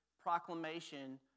proclamation